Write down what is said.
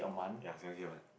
ya seven K a month